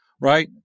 right